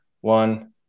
one